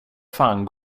fan